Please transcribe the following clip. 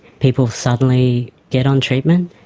people suddenly get on treatment,